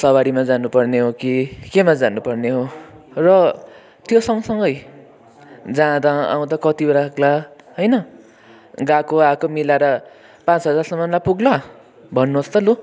सवारीमा जानु पर्ने हो कि केमा जानु पर्ने हो र त्यो सँगसँगै जाँदा आउँदा कति लाग्ला होइन गएको आएको मिलाएर पाँच हजारसम्ममा पुग्ला भन्नुहोस् त लु